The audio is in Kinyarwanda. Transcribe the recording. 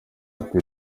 ati